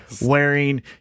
wearing